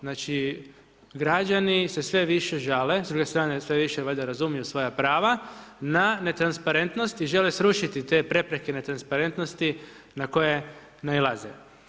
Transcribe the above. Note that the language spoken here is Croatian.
Znači, građani se sve više žale, s druge strane, sve više valjda razumiju svoja prava, na netransparentnosti žele srušiti te prepreke netransparentnosti na koje nailaze.